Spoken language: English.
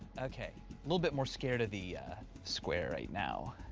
okay, little bit more scared of the square right now.